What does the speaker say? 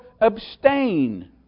abstain